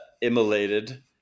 immolated